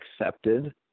accepted